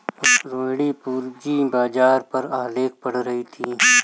रोहिणी पूंजी बाजार पर आलेख पढ़ रही है